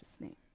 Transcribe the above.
name